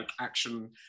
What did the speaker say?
action